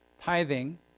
tithing